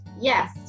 Yes